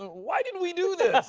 why did we do this?